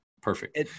Perfect